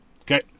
Okay